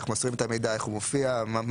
איך מוסרים את המידע ואיך הוא מופיע,